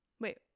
Wait